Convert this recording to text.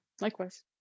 likewise